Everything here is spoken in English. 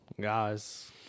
Guys